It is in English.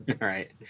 right